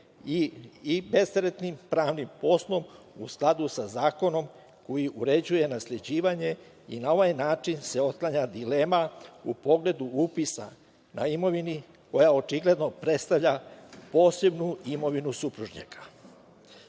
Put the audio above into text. i bezteretnim pravnim osnovom u skladu sa zakonom koji uređuje nasleđivanje i na ovaj način se otklanja dilema u pogledu upisa na imovini koja očigledno predstavlja posebnu imovinu supružnika. Predlogom